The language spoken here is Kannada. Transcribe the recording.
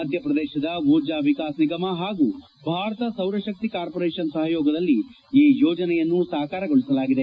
ಮಧ್ಯಪ್ರದೇಶದ ಉರ್ಜಾ ವಿಕಾಸ್ ನಿಗಮ ಹಾಗೂ ಭಾರತ ಸೌರಶಕ್ತಿ ಕಾರ್ಹೋರೇಷನ್ ಸಪಯೋಗದಲ್ಲಿ ಈ ಯೋಜನೆಯನ್ನು ಸಾಕಾರಗೊಳಿಸಲಾಗಿದೆ